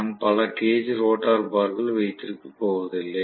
நான் பல gauge rotor பார்கள் வைத்திருக்கப் போவதில்லை